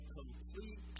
complete